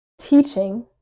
teaching